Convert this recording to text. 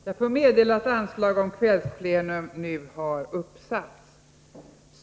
Jag får meddela att anslag om kvällsplenum nu har uppsatts.